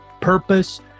purpose